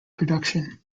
production